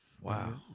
Wow